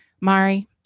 Mari